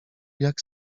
jak